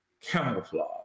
camouflage